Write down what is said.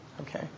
okay